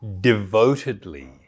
devotedly